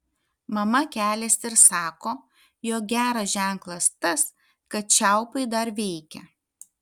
mama keliasi ir sako jog geras ženklas tas kad čiaupai dar veikia